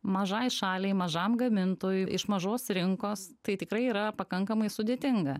mažai šaliai mažam gamintojui iš mažos rinkos tai tikrai yra pakankamai sudėtinga